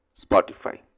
Spotify